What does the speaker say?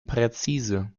präzise